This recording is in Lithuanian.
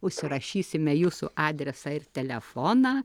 užsirašysime jūsų adresą ir telefoną